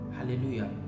Hallelujah